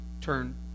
turn